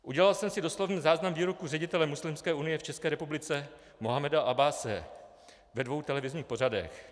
Udělal jsem si doslovný záznam výroku ředitele Muslimské unie v České republice Mohameda Abbase ve dvou televizních pořadech.